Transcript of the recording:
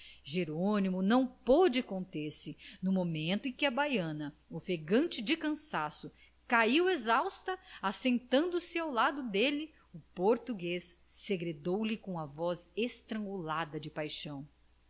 de cobra jerônimo não pôde conter-se no momento em que a baiana ofegante de cansaço caiu exausta assentando se ao lado dele o português segredou-lhe com a voz estrangulada de paixão